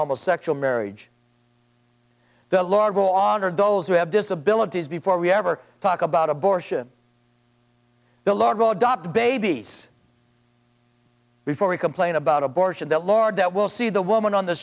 homosexuals marriage the laws will honor those who have disabilities before we ever talk about abortion the law dop babies before we complain about abortion that large that will see the woman on the